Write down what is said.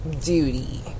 duty